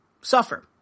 suffer